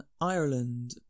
Ireland